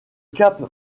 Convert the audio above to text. cap